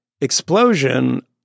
explosion